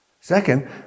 Second